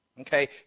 Okay